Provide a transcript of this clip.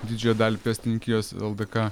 didžiąją dalį pėstininkijos ldk